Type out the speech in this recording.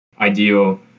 ideal